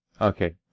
Okay